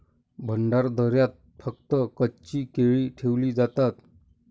भंडारदऱ्यात फक्त कच्ची केळी ठेवली जातात